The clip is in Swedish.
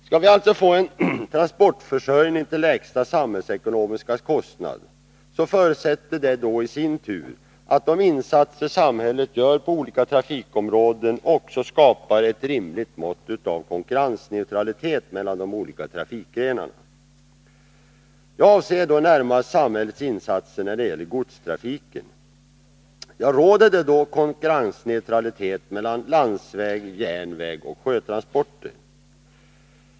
Skulle vi alltså få en transportförsörjning till lägsta samhällsekonomiska kostnad, så förutsatte det i sin tur att de insatser samhället gör på olika trafikområden också skapar rimlig konkurrensneutralitet mellan de olika trafikgrenarna. Jag avser då närmast samhällets insatser när det gäller godstrafiken. Råder det då konkurrensneutralitet mellan landsväg, järnväg och sjötransporter?